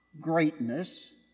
greatness